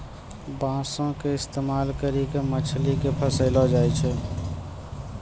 बांसो के इस्तेमाल करि के मछली के फसैलो जाय छै